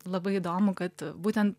labai įdomu kad būten